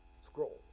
scroll